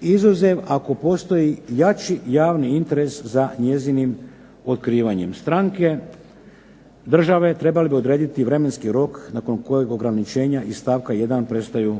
izuzev ako postoji jači javni interes za njezinim otkrivanjem. Stranke, države trebale bi odrediti vremenski rok nakon kojeg ograničenja iz stavka 1. prestaju